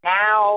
now